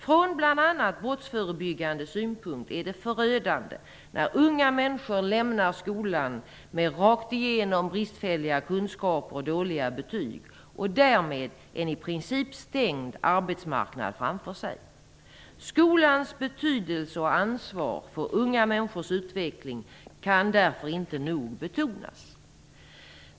Från bl.a. brottsförebyggande synpunkt är det förödande när unga människor lämnar skolan med rakt igenom bristfälliga kunskaper och dåliga betyg och därmed en i princip stängd arbetsmarknad framför sig. Skolans betydelse och ansvar för unga människors utveckling kan därför inte nog betonas.